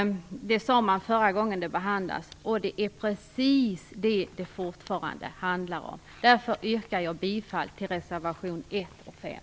Detta sade man vid den förra behandlingen, men det är precis detta som det fortfarande handlar om. Därför yrkar jag bifall till reservationerna 1 och 5.